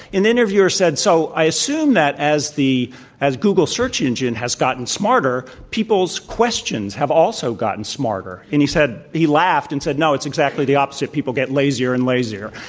the interviewer said, so i assume that as the as google search engine has gotten smarter, people's questions have also gotten smarter. and he said he laughed and said, no, it's exactly the opposite. people get lazier and lazier.